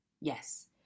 Yes